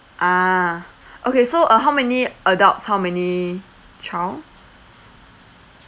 ah okay so uh how many adults how many child